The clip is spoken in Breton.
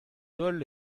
holl